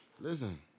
Listen